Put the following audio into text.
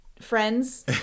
friends